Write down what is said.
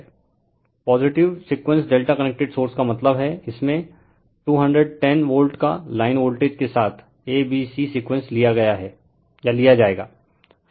refer time 0202 positive sequence Δ connected source का मतलब है इसमें 210 वोल्ट का लाइन वोल्टेज के साथ a b c सीक्वेंस लिया जाएगा